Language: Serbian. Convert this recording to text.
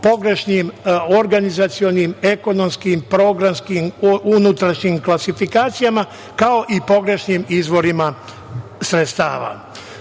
pogrešnim organizacionim, ekonomskim programskim unutrašnjim klasifikacijama, kao i pogrešnim izborima sredstava. Što